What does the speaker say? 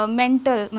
mental